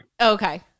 okay